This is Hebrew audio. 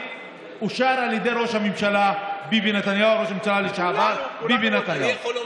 אושרו על ידי ראש הממשלה לשעבר ביבי נתניהו.